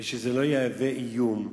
ושזה לא יהווה איום,